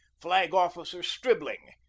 flag-officer strib ling,